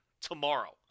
tomorrow